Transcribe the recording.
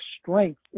strength